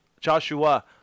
Joshua